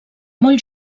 molt